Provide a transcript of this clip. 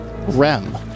Rem